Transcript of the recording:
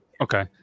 okay